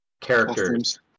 characters